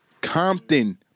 Compton